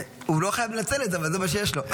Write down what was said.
הוא לא חייב לנצל את זה, אבל זה מה שיש לו.